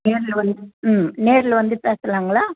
நேரில் வந்து ம் நேரில் வந்து பேசலாங்களா